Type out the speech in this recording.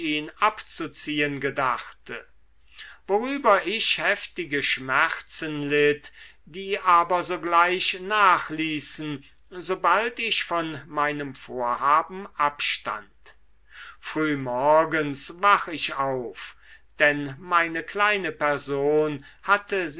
abzuziehen gedachte worüber ich heftige schmerzen litt die aber sogleich nachließen sobald ich von meinem vorhaben abstand frühmorgens wach ich auf denn meine kleine person hatte